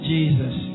Jesus